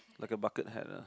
like a bucket head lah